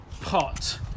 pot